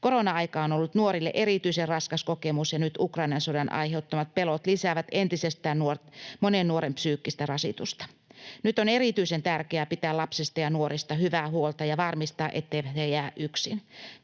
Korona-aika on ollut nuorille erityisen raskas kokemus, ja nyt Ukrainan sodan aiheuttamat pelot lisäävät entisestään monen nuoren psyykkistä rasitusta. Nyt on erityisen tärkeää pitää lapsista ja nuorista hyvää huolta ja varmistaa, etteivät he jää yksin.